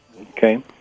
Okay